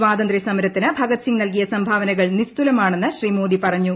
സ്വാതന്ത്ര്യസമരത്തിന് ഭഗത് സിംഗ് നൽകിയ സംഭാവനകൾ നിസ്തുലമാണെന്ന് ശ്രീ മോദി പറഞ്ഞു